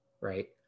right